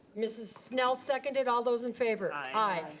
mrs. snell seconded. all those in favor. i.